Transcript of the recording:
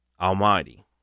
Almighty